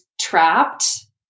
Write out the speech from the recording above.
trapped